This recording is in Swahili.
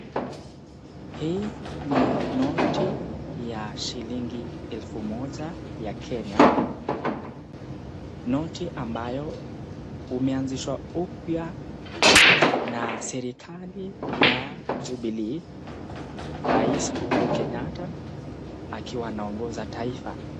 Hii ni noti ya shilingi elfu moja ya Kenya, noti ambayo umeanzishwa upya na serikali ya jubilee, rais Uhuru Kenyatta akiwa anaongoza taifa.